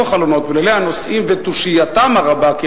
החלונות ואילולא הנוסעים ותושייתם הרבה,